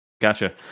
Gotcha